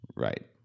right